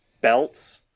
belts